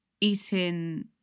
eating